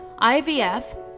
IVF